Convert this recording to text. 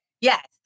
Yes